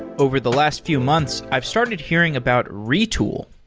over the last few months, i've started hearing about retool.